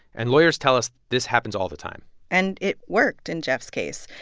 and lawyers tell us this happens all the time and it worked in jeff's case.